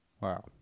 Wow